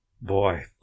Boy